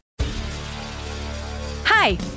Hi